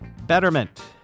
Betterment